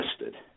listed